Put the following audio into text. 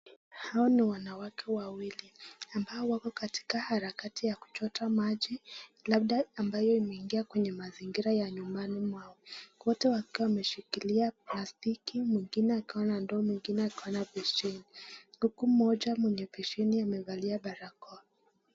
Hawa ni wanawake wawili ambao wako katika harakati ya kuchota maji labda ambayo imeingia kwenye mazingira ya nyumbani mwao. Wote wakiwa wameshikilia plastiki, mwingine akiwa na ndoo, mwingine akiwa na besheni, uku mmoja mwenye besheni amevalia barakoa.